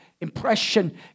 impression